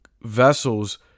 vessels